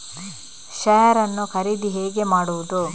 Share ನ್ನು ಖರೀದಿ ಹೇಗೆ ಮಾಡುವುದು?